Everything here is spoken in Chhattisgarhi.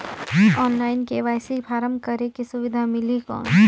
ऑनलाइन के.वाई.सी फारम करेके सुविधा मिली कौन?